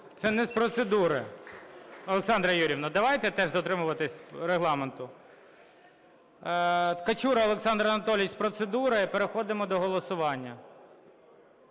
Це не з процедури. Олександра Юріївна, давайте теж дотримуватись Регламенту. Качура Олександр Анатолійович - з процедури. І переходимо до голосування.